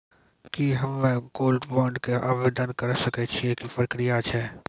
की हम्मय gold bond के आवदेन करे सकय छियै, की प्रक्रिया छै?